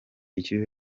ikipe